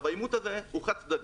האימות הזה הוא חד-צדדי,